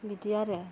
बिदि आरो